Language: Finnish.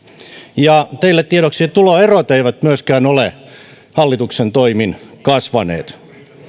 ja teille tiedoksi että tuloerot eivät myöskään ole hallituksen toimin kasvaneet